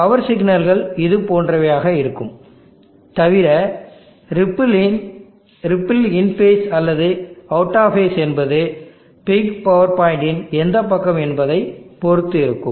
power சிக்னல்கள் இதுபோன்றவையாக இருக்கும் தவிர ரிப்பிள் இன் ஃபேஸ் அல்லது அவுட் ஆஃப் ஃபேஸ் என்பது பீக் பவர்பாயின்ட் இன் எந்தப் பக்கம் என்பதை பொறுத்து இருக்கும்